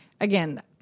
again